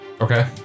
Okay